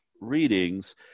readings